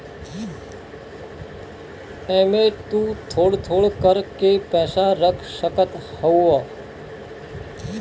एमे तु थोड़ थोड़ कर के पैसा रख सकत हवअ